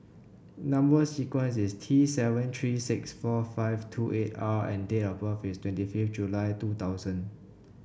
number sequence is T seven three six four five two eight R and date of birth is twenty fifth July two thousand